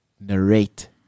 narrate